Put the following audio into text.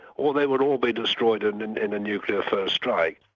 or they would all be destroyed in and in a nuclear first strike.